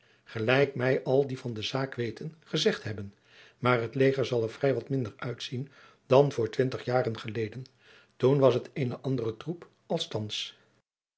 gelijk mij al die van de zaak weten gezegd hebben maar het leger zal er vrij wat minder uitzien dan voor twintig jaren toen was het eene andere troep als thands